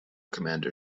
commander